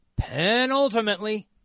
Penultimately